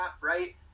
right